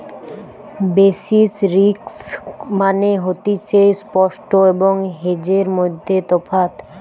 basis risk মানে হতিছে spot এবং হেজের মধ্যে তফাৎ